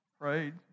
prayed